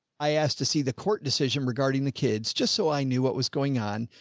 i asked to see the court decision regarding the kids just so i knew what was going on.